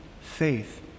faith